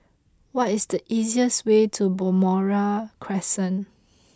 what is the easiest way to Balmoral Crescent